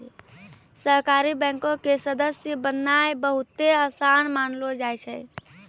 सहकारी बैंको के सदस्य बननाय बहुते असान मानलो जाय छै